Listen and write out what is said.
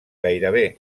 gairebé